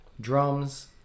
drums-